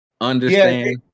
understand